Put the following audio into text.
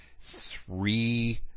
three